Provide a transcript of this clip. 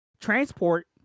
transport